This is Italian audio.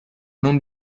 non